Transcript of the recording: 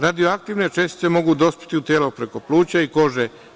Radioaktivne čestice mogu dospeti u telo preko pluća i kože.